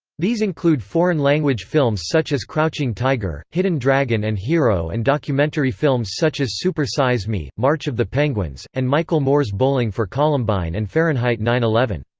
these include foreign-language films such as crouching tiger, hidden dragon and hero and documentary films such as super size me, march of the penguins, and michael moore's bowling for columbine and fahrenheit nine eleven.